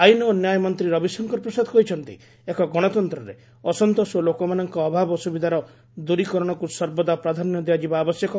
ଆଇନ ଓ ନ୍ୟାୟ ମନ୍ତ୍ରୀ ରବିଶଙ୍କର ପ୍ରସାଦ କହିଛନ୍ତି ଏକ ଗଣତନ୍ତରେ ଅସନ୍ତୋଷ ଓ ଲୋକମାନଙ୍କ ଅଭାବ ଅସ୍ରବିଧାର ଦ୍ୱରୀକରଣକ୍ତ ସର୍ବଦା ପ୍ରାଧାନ୍ୟ ଦିଆଯିବା ଆବଶ୍ୟକ